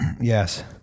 Yes